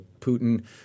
Putin